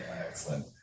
Excellent